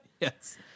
Yes